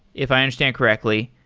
if i understand correctly,